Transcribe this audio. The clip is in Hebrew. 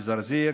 זרזיר,